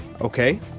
Okay